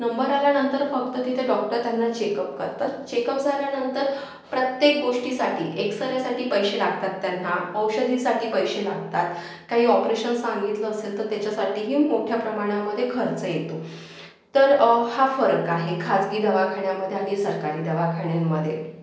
number आल्यानंतरच फक्त तिथे डॉक्टर त्यांना चेकअप करतात चेकअप झाल्यानंतर प्रत्येक गोष्टीसाठी एक्सरेसाठी पैसे लागतात त्यांना औषधीसाठी पैसे लागतात काही ऑपरेशन सांगितलं असेल तर त्याच्यासाठीही मोठ्या प्रमाणामध्ये खर्च येतो तर हा फरक आहे खाजगी दवाखान्यामध्ये आणखी सरकारी दवाखान्यांमध्ये